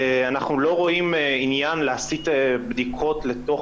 אנחנו לא רואים עניין להסית בדיקות לתוך